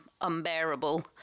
unbearable